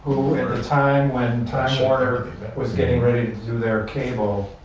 at the time when time warner was getting ready to do their cable,